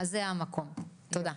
אז זה המקום, תודה.